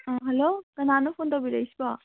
hello ꯀꯅꯥꯅꯣ phone ꯇꯧꯕꯤꯔꯛꯏꯁꯤꯕꯨ